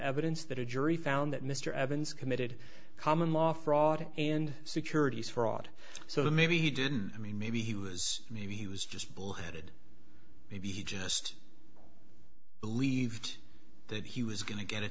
evidence that a jury found that mr evans committed common law fraud and securities fraud so the maybe he didn't i mean maybe he was maybe he was just blended maybe he just believed that he was going to get it